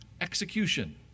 execution